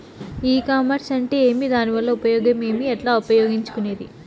ఈ కామర్స్ అంటే ఏమి దానివల్ల ఉపయోగం ఏమి, ఎట్లా ఉపయోగించుకునేది?